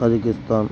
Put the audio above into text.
Kazakhstan